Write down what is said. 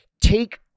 take